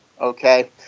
okay